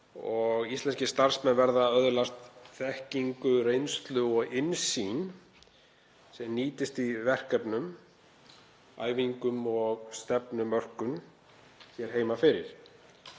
íslenskir starfsmenn verða að öðlast þekkingu, reynslu og innsýn sem nýtist í verkefnum, æfingum og stefnumörkun hér heima fyrir.